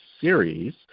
series